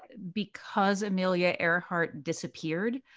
because amelia earhart disappeared,